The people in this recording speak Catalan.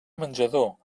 menjador